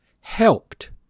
helped